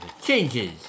Changes